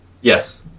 Yes